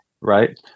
right